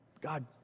God